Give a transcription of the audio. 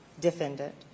defendant